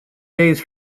days